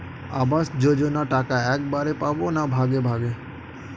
আবাস যোজনা টাকা একবারে পাব না ভাগে ভাগে?